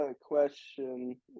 question